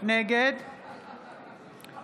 נגד נעמה לזימי, בעד